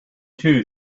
too